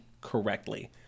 correctly